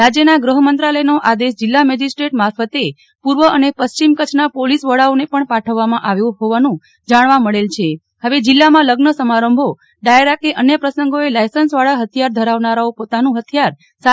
રાજ્યના ગૃહમંત્રાલયનો આદેશ જીલ્લા મેજીસ્ટેટ મારફતે પૂર્વ અને પશ્ચિમ કચ્છના પોલીસ વડાઓને પણ પાઠવવામાં આવ્યો હોવાનું જાણવા મળેલ છે હવે જીલ્લામાં લગ્ન સમારંભો ડાયરા કે અન્ય પ્રસંગોએ લાયસન્સવાળા હથિયાર ધરાવનારાઓ પોતાનું હથિયાર સાથે પણ નહિ લઇ જઈ શકે